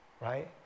right